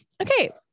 Okay